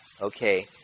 okay